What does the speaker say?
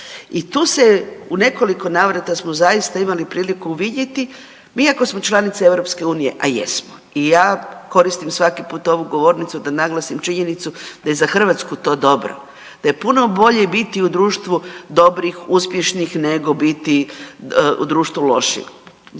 I tu se u nekoliko navrata smo zaista imali priliku vidjeti. Mi ako smo članica EU a jesmo i ja koristim svaki put ovu govornicu da naglasim činjenicu da je za Hrvatsku to dobro, da je puno bolje biti u društvu dobrih, uspješnih nego biti u društvu loših.